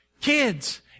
kids